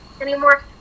anymore